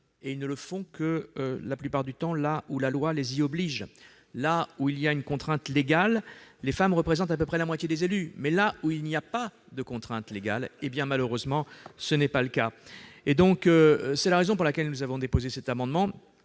ils ne le font que lorsque la loi les y oblige. Là où il y a une contrainte légale, les femmes représentent à peu près la moitié des élus. Mais là où il n'y a pas de contrainte légale, tel n'est malheureusement pas le cas. C'est la raison pour laquelle nous avons déposé cet amendement,